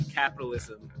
capitalism